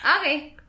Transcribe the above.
Okay